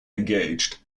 engaged